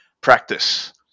practice